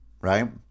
right